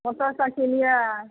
motorcycle यऽ